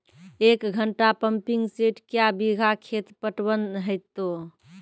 एक घंटा pumping set क्या बीघा खेत पटवन है तो?